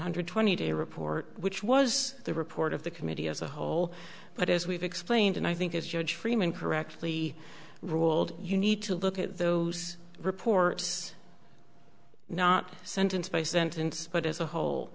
hundred twenty day report which was the report of the committee as a whole but as we've explained and i think it's judge freeman correctly ruled you need to look at those reports not sentence by sentence but as a whole